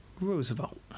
Roosevelt